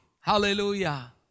hallelujah